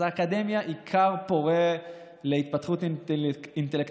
אז האקדמיה היא כר פורה להתפתחות אינטלקטואלית,